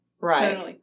Right